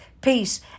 peace